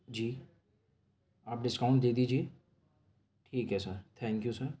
جی آپ ڈسکاؤنٹ دے دیجئے ٹھیک ہے سر تھینک یو سر